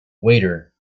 waiter